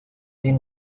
been